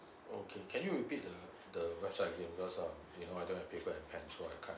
okay can you repeat the the website again because um you know I don't have paper and pen so I kind